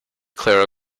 clara